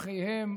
תומכיהם